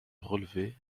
relever